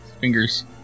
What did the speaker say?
fingers